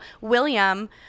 william